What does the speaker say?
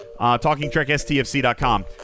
TalkingTrekSTFC.com